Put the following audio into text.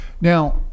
now